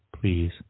please